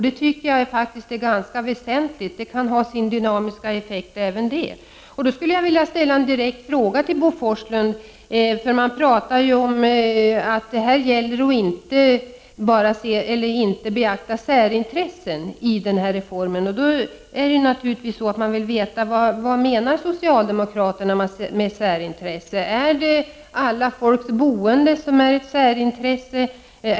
Det tycker jag är ganska väsentligt, och det kan ha sin dynamiska effekt även det. Då skulle jag vilja ställa en direkt fråga till Bo Forslund, för det talas ju om att det gäller att inte beakta särintressen i samband med den här reformen. Då vill man naturligtvis veta vad socialdemokraterna menar med särintresse. Är det alla människors boende som är ett särintresse?